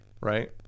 right